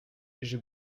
j’ai